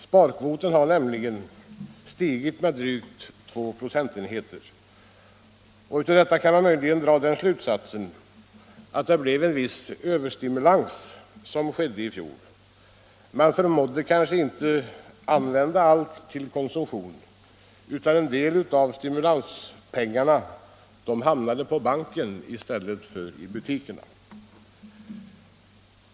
Sparkvoten har nämligen stigit med drygt 2 procentenheter. Av detta kan man möjligen dra den slutsatsen att det blev en viss överstimulans — man förmådde kanske inte använda allt till konsumtion utan en del av stimulanspengarna hamnade på banken i stället för i butikerna.